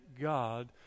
God